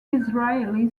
israeli